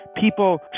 people